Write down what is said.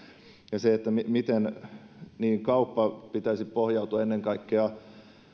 ja se miten kaupan pitäisi pohjautua ennen kaikkea